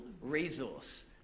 resource